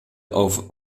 auf